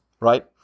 right